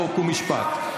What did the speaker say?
חוק ומשפט.